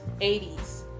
80s